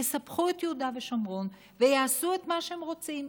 יספחו את יהודה ושומרון ויעשו את מה שהם רוצים,